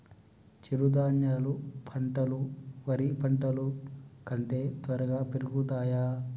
చిరుధాన్యాలు పంటలు వరి పంటలు కంటే త్వరగా పెరుగుతయా?